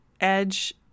edge